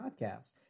Podcasts